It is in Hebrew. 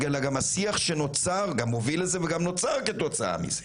גם השיח שנוצר גם מוביל לזה וגם נוצר כתוצאה מזה.